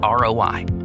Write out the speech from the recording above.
ROI